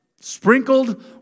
Sprinkled